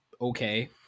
okay